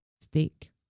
stick